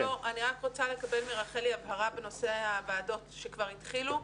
אני רק רוצה לקבל מרחלי הבהרה בנושא הוועדות שכבר התחילו.